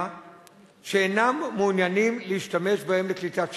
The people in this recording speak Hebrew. שאינם מעוניינים להשתמש בהם לקליטת שידורים: